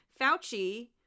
Fauci